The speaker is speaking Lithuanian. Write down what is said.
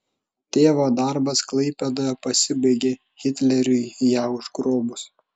tėvo darbas klaipėdoje pasibaigė hitleriui ją užgrobus